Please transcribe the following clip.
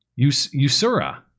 Usura